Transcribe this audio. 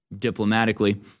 diplomatically